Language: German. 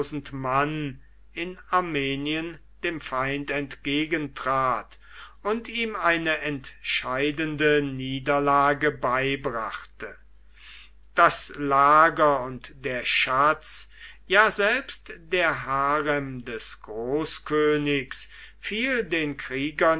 in armenien dem feind entgegentrat und ihm eine entscheidende niederlage beibrachte das lager und der schatz ja selbst der harem des großkönigs fielen den kriegern